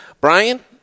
Brian